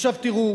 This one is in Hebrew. עכשיו תראו,